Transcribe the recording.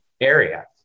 area